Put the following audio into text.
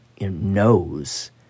knows